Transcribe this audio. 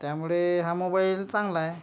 त्यामुळे हा मोबाइल चांगला आहे